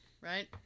right